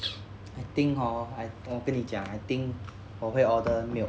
I think hor I 我跟你讲 I think 我会 order milk